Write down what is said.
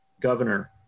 governor